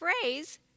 phrase